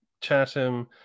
Chatham